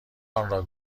آنرا